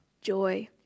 Joy